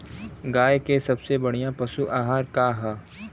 गाय के सबसे बढ़िया पशु आहार का ह?